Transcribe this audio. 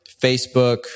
Facebook